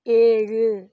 ஏழு